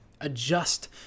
adjust